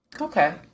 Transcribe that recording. Okay